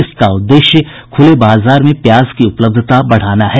इसका उद्देश्य खुले बाजार में प्याज की उपलब्धता बढ़ाना है